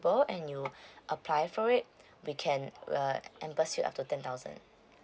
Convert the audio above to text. and you apply for it we can err reimburse you up to ten thousand